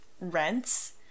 rents